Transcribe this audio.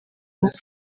muto